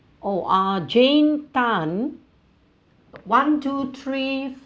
oh uh jane Tan one two three